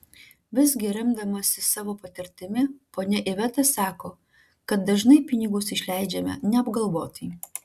visgi remdamasi savo patirtimi ponia iveta sako kad dažnai pinigus išleidžiame neapgalvotai